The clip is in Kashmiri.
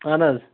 اہن حظ